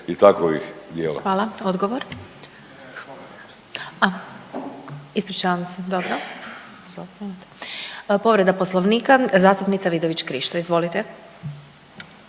Sabina (SDP)** Hvala. Odgovor. Ispričavam se. Dobro. Povreda Poslovnika zastupnica Vidović Krišto, izvolite.